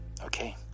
okay